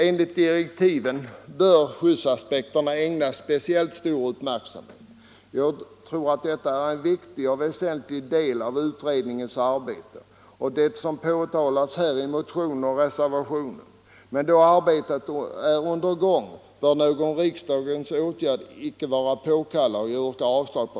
Enligt direktiven bör skyddsaspekten ägnas speciellt stor uppmärksamhet. Jag tror att det som påtalats i motionen och i reservationen utgör en väsentlig del av utredningens uppgifter. Men då dess arbete nu är i gång bör någon riksdagens åtgärd icke vara påkallad.